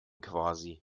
quasi